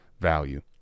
value